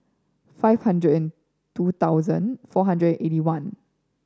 five hundred and two thousand four hundred eighty one